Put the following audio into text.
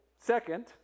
Second